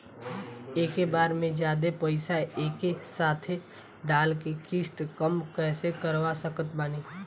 एके बार मे जादे पईसा एके साथे डाल के किश्त कम कैसे करवा सकत बानी?